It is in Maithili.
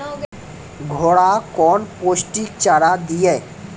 घोड़ा कौन पोस्टिक चारा दिए?